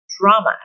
drama